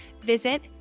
visit